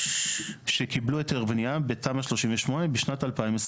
שקיבלו היתר בנייה בתמ"א 38 בשנת 2022,